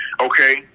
Okay